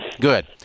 Good